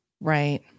Right